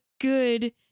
good